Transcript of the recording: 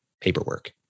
paperwork